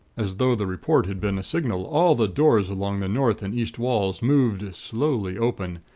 as though the report had been a signal, all the doors along the north and east walls moved slowly open,